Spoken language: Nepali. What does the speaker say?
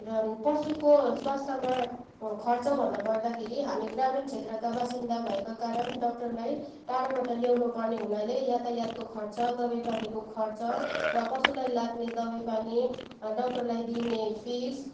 र पशुको स्वास्थ्यमा खर्च भन्न पर्दाखेरि हामी ग्रामीण क्षेत्रका बासिन्दा भएको कारण डाक्टरलाई टाढोबाट ल्याउनु पर्ने हुनाले यातायातको खर्च दवाई पानीको खर्च र पशुलाई लाग्ने दवाई पानी डाक्टरलाई दिने फिस